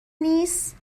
نیست